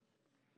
התרבות והספורט.